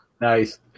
Nice